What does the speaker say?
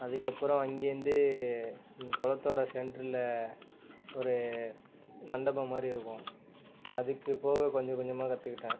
அதுக்கப்புறம் அங்கேருந்து அந்த குளத்தோட சென்டரில் ஒரு மண்டபம் மாதிரி இருக்கும் அதுக்கு போக கொஞ்சம் கொஞ்சமாக கற்றுக்கிட்டேன்